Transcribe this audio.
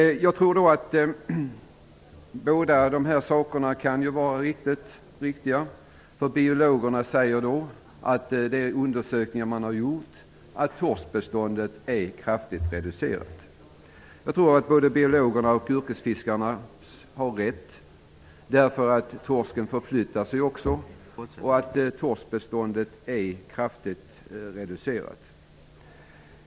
Jag tror dock att båda uppgifterna kan stämma. Biologer säger att enligt gjorda undersökningar är torskbeståndet kraftigt reducerat. Jag tror att både biologerna och yrkesfiskarna har rätt. Torsken förflyttar sig, och torskbeståndet torde nog vara kraftigt reducerat.